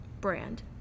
brand